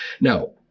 Now